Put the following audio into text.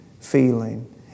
feeling